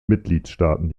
mitgliedstaaten